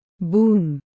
boom